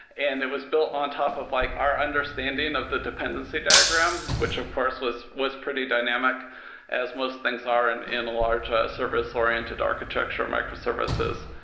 and it was built on top of like our understanding of the dependency diagram, which of course was was pretty dynamic as most things are and in a large service-oriented architecture microservices.